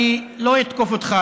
אני לא אתקוף אותך,